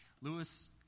Lewis